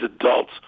adults